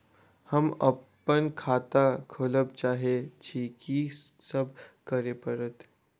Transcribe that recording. हम अप्पन खाता खोलब चाहै छी की सब करऽ पड़त?